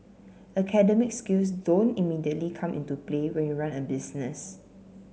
academic skills don't immediately come into play when you run a business